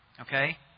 Okay